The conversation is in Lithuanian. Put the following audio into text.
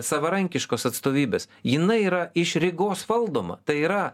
savarankiškos atstovybės jinai yra iš rygos valdoma tai yra